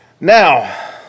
now